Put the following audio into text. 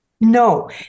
No